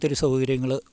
ഒത്തിരി സൗകര്യങ്ങൾ